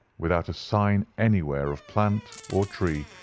without a sign anywhere of plant or tree,